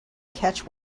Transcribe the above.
catch